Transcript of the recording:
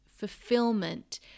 Fulfillment